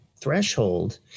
threshold